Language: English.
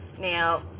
Now